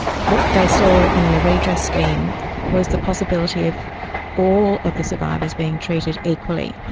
what they saw in the redress scheme was the possibility of all of the survivors being treated equally,